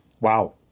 Wow